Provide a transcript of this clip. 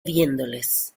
viéndoles